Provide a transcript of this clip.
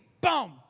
Boom